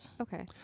okay